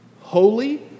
holy